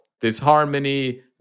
disharmony